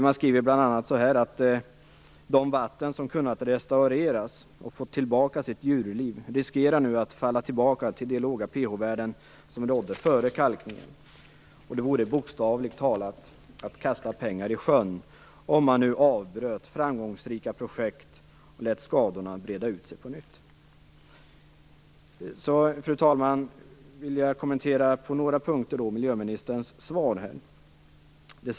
Man skriver bl.a. så här: "De vatten som kunnat restaureras och fått tillbaka sitt djurliv riskerar nu att falla tillbaka till de låga pH-värden som rådde före kalkningen", och "... vore det att bokstavligt talat ha kastat pengar i sjön om man nu avbröt framgångsrika projekt och lät skadorna breda ut sig på nytt." Fru talman! Jag vill kommentera miljöministerns svar på några punkter.